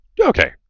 Okay